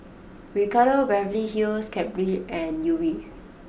Ricardo Beverly Hills Cadbury and Yuri